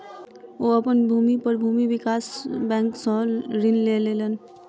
ओ अपन भूमि पर भूमि विकास बैंक सॅ ऋण लय लेलैन